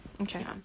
Okay